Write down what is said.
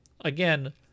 again